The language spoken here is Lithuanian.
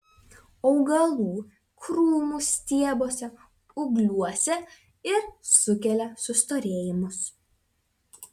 augalų krūmų stiebuose ūgliuose ir sukelia sustorėjimus